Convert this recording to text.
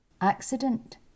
Accident